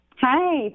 Hi